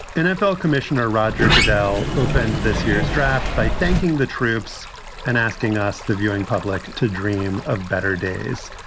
nfl commissioner roger goodell opened this year's draft by thanking the troops and asking us the viewing public to dream of better days.